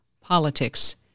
politics